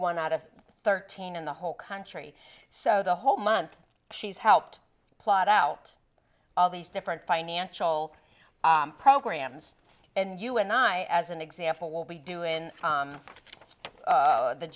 one out of thirteen in the whole country so the whole month she's helped plot out all these different financial programs and you and i as an example will be do in